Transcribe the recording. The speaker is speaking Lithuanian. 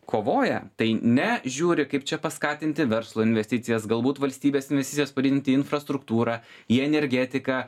kovoja tai ne žiūri kaip čia paskatinti verslo investicijas galbūt valstybės investicijas padidinti infrastruktūrą į energetiką